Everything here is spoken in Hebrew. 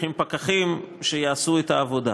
צריכים פקחים שיעשו את העבודה.